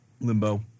Limbo